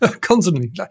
constantly